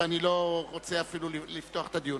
ואני לא רוצה אפילו לפתוח את הדיון.